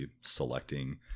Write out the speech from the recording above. selecting